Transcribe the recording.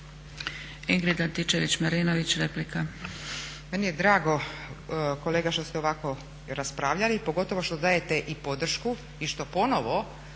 Ingrid Antičević-Marinović, replika.